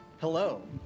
Hello